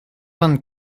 vingt